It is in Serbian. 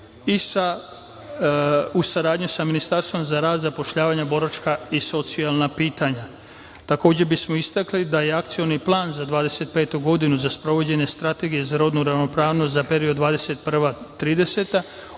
i u saradnji sa Ministarstvom za rad, zapošljavanje, boračka i socijalna pitanja. Takođe bismo istakli da je akcioni plan za 2025. godinu za sprovođenje strategije za rodnu ravnopravnost za period od